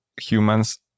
humans